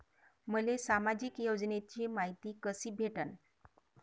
मले सामाजिक योजनेची मायती कशी भेटन?